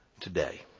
today